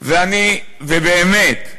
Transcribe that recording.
ובאמת,